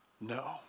no